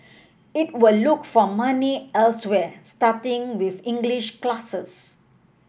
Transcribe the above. it will look for money elsewhere starting with English classes